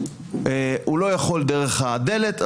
הוא לא יכול דרך הדלת,